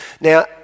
Now